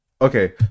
Okay